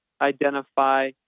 identify